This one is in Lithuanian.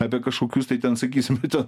apie kažkokius tai ten sakysim ten